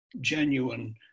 genuine